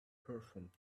performs